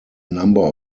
number